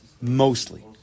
Mostly